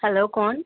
hello کون